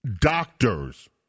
doctors